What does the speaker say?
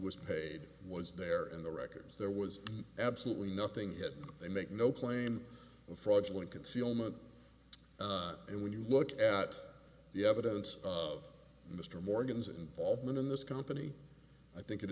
was paid was there in the records there was absolutely nothing that they make no claim of fraudulent concealment and when you look at the evidence of mr morgan's involvement in this company i think it